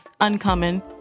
uncommon